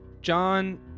John